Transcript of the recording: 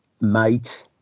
mate